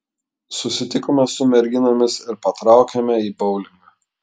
susitikome su merginomis ir patraukėme į boulingą